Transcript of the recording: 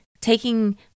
taking